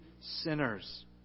sinners